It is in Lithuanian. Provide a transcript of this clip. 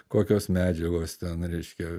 kokios medžiagos ten reiškia